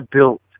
built